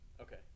Okay